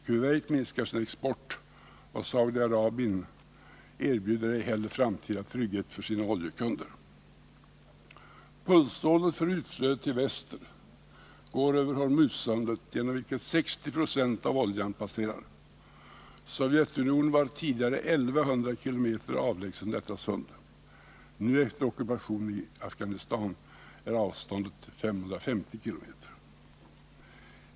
Kuwait minskar sin export, och Saudiarabien erbjuder ej heller framtida trygghet för sina oljekunder. Pulsådern för utflödet till väster går över Hormuzsundet, genom vilket 60 20 av oljan passerar. Sovjetunionen var tidigare 1100 km avlägset från detta sund, nu efter ockupationen i Afghanistan är distansen 550 km.